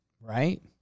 Right